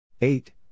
Eight